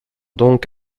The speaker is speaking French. donc